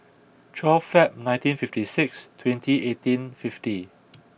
twelve February nineteen fifty six twenty eighteen fifty